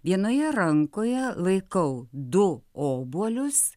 vienoje rankoje laikau du obuolius